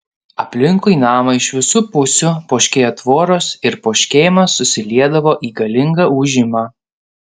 aplinkui namą iš visų pusių poškėjo tvoros ir poškėjimas susiliedavo į galingą ūžimą